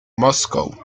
moscow